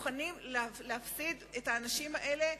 מוכנים להפסיד את האנשים האלה,